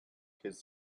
his